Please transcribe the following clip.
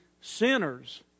sinners